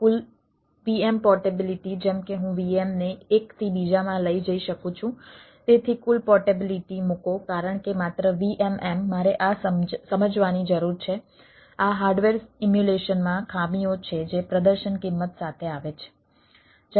કુલ VM portability માં ખામીઓ છે જે પ્રદર્શન કિંમત સાથે આવે છે